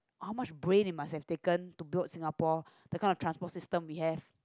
how much brain it must has taken to broad Singapore that kind of transport system we have